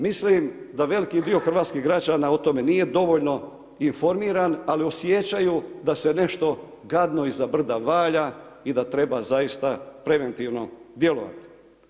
Mislim da veliki dio hrvatskih građana o tome nije dovoljno informiran, ali osjećaju da se nešto gadno iza brda valja i da treba zaista preventivno djelovati.